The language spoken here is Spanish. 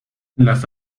las